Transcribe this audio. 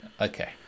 Okay